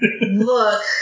look